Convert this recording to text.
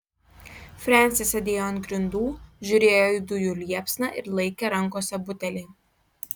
frensis sėdėjo ant grindų žiūrėjo į dujų liepsną ir laikė rankose butelį